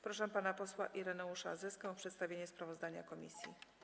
Proszę pana posła Ireneusza Zyskę o przedstawienie sprawozdania komisji.